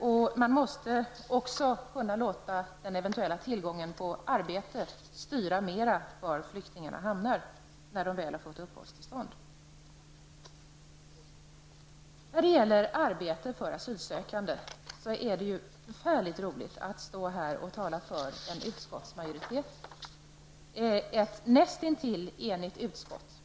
och låta den eventuella tillgången på arbete mer styra var flyktingarna hamnar när de väl har fått uppehållstillstånd. Vad så gäller frågan om arbete för asylsökande är det enormt roligt att stå här och tala för ett näst intill enigt utskott.